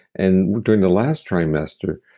and during the last trimester,